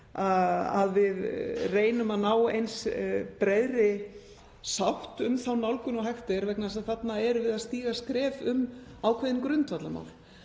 að við reynum að ná eins breiðri sátt um þá nálgun og hægt er vegna þess að þarna erum við að stíga skref um ákveðin grundvallarmál